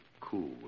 cool